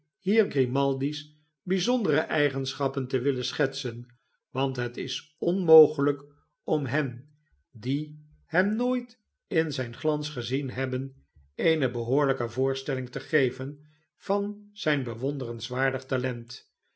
hier grimaldi's bijzondere eigenschappen te willen schetsen want het is onmogelijk om hen die hem nooit in zijn glans gezien hebben eene behoorlijke voorstelling te geven van zijn bewonderenswaardig talent